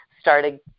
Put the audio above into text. started